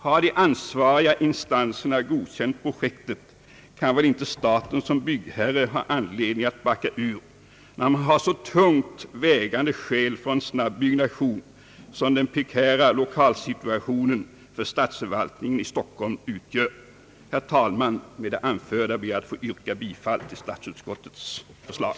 Har de ansvariga instanserna godkänt projektet, kan väl inte staten som byggherre ha anledning att backa ur, när man har så tungt vägande skäl för en byggnation som den prekära lokalsituationen för statsförvaltningen i Stockholm utgör. Herr talman! Med det anförda ber jag att få yrka bifall till statsutskottets förslag.